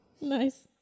Nice